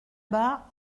bas